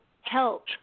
help